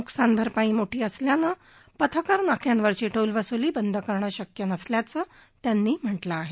नुकसान भरपाई मोठी असल्यानं पथकर नाक्यांवरची टोल वसूली बंद करनं शक्य नाही असं त्यांनी म्हटलं आहे